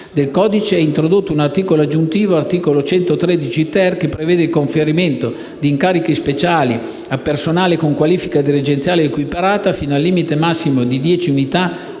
ed introdotto un articolo aggiuntivo (articolo 113-*ter*), che prevede il conferimento di incarichi speciali a personale con qualifica dirigenziale o equiparata, fino al limite massimo di dieci unità,